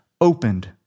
opened